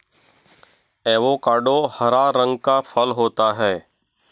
avocado हरा रंग का फल होता है